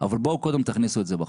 אבל בואו קודם תכניסו את זה בחוק.